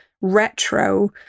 retro